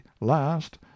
LAST